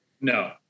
No